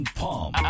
palm